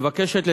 בבקשה,